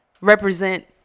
represent